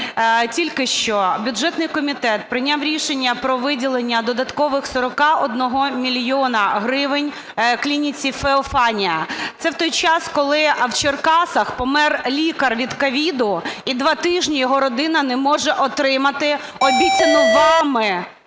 Тільки що бюджетний комітет прийняв рішення про виділення додаткових 41 мільйона гривень клініці "Феофанія". Це в той час, коли в Черкасах помер лікар від COVID і два тижні його родина не може отримати обіцяну вами